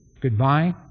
Goodbye